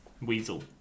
Weasel